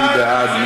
מי בעד?